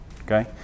Okay